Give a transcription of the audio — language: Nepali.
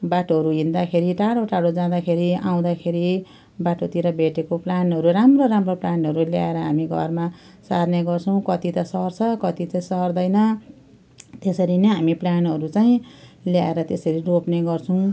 बाटोहरू हिँड्दाखेरि टाढो टाढो जाँदाखेरि आउँदाखेरि बाटोतिर भेटेको प्लान्टहरू राम्रो राम्रो प्लान्टहरू ल्याएर हामी घरमा सार्ने गर्छौँ कति त सर्छ कति त सर्दैन त्यसरी नै हामी प्लान्टहरू चाहिँ ल्याएर त्यसरी रोप्ने गर्छौँ